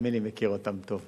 תאמין לי, מכיר אותם טוב.